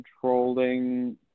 controlling